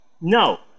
No